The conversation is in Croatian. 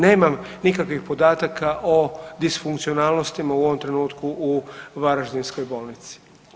Nemam nikakvih podataka o disfunkcionalnostima u ovom trenutku u varaždinskoj bolnici.